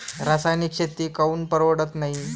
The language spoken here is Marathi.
रासायनिक शेती काऊन परवडत नाई?